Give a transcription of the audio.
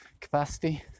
capacity